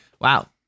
Wow